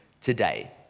today